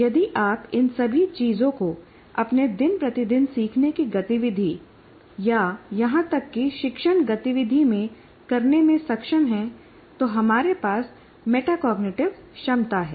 यदि आप इन सभी चीजों को अपने दिन प्रतिदिन सीखने की गतिविधि या यहाँ तक कि शिक्षण गतिविधि में करने में सक्षम हैं तो हमारे पास मेटाकॉग्निटिव क्षमता है